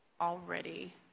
already